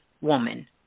woman